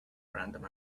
random